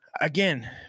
again